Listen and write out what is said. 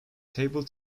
table